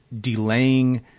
delaying